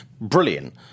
brilliant